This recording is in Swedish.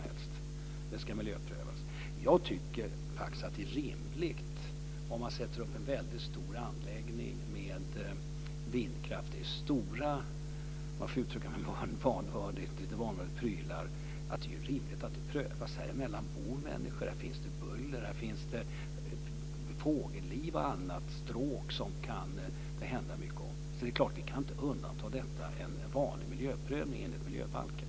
Dessa sätter man inte upp hur som helst. Om man bygger upp en väldigt stor vindkraftsanläggning - det är stora prylar, om jag får uttrycka mig lite vanvördigt - är det rimligt att det prövas. Däromkring bor människor, och det blir buller. Där finns fågelliv, fågelstråk och annat som kan påverkas, så det är klart att vi inte kan undanta detta från en vanlig miljöprövning enligt miljöbalken.